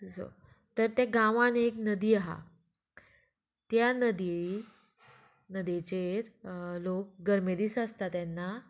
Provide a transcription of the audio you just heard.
असो तर ते गांवान एक नदी आहा त्या नदीयेयी नदीचेर लोक गर्मे दीस आसता तेन्ना